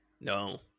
No